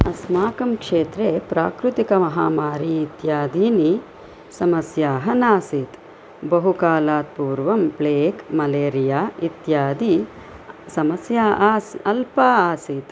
अस्माकं क्षेत्रे प्रकृतिकमाहामरी इत्यादीनि समस्याः नासीत् बहुकालात् पूर्वं प्लेग् मलेरिया इत्यादि समस्या आस् अल्पा आसीत्